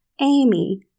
Amy